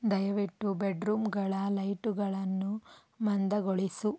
ದಯವಿಟ್ಟು ಬೆಡ್ರೂಮ್ಗಳ ಲೈಟುಗಳನ್ನು ಮಂದಗೊಳಿಸು